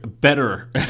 better